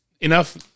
Enough